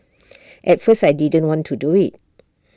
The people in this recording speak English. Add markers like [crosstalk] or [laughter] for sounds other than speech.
[noise] at first I didn't want to do IT